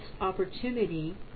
opportunity